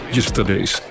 Yesterday's